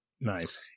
Nice